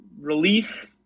relief